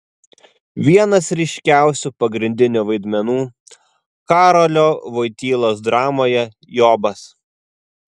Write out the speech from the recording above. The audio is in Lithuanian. vienas ryškiausių pagrindinių vaidmenų karolio voitylos dramoje jobas